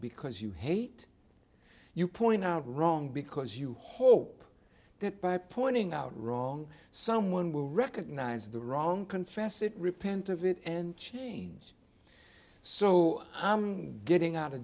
because you hate you point out wrong because you hope that by pointing out wrong someone will recognize the wrong confess it repent of it and change so i'm